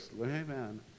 amen